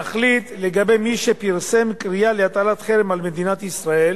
להחליט לגבי מי שפרסם קריאה להטלת חרם על מדינת ישראל